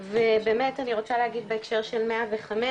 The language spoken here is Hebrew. באמת אני רוצה להגיד בהקשר של 105,